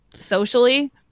socially